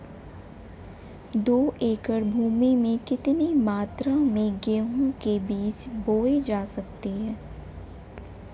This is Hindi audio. दो एकड़ भूमि में कितनी मात्रा में गेहूँ के बीज बोये जा सकते हैं?